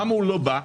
למה הוא לא בא?